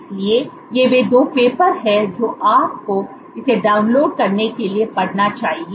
इसलिए ये वे 2 पेपर हैं जो आपको इसे डाउनलोड करने के लिए पढ़ना चाहिए